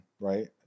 right